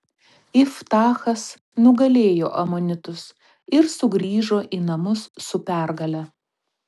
iftachas nugalėjo amonitus ir sugrįžo į namus su pergale